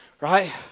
Right